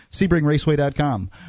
SebringRaceway.com